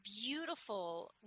beautiful